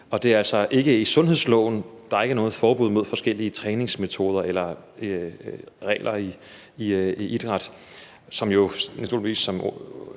og det er altså ikke i sundhedsloven, at der ikke er noget forbud mod bestemte træningsmetoder eller regler i idrætten, som jo naturligvis, som